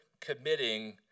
committing